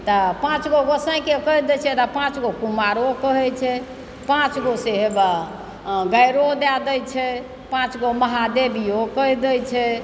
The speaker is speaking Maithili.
तऽ पाँचगो गोसाईके कहि दए छै आ पाँच गो कुमारिओके कहय छै पाँच गो से हे वएह गाइरो दए देइ छै पाँच गो महादेविओ कहि दए छै